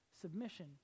submission